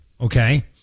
okay